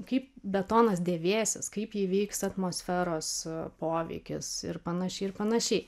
kaip betonas dėvėsis kaip jį veiks atmosferos poveikis ir panašiai ir panašiai